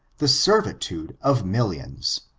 the servitude of millions.